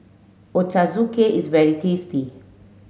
Ochazuke is very tasty